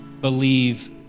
believe